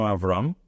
Avram